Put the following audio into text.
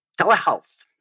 Telehealth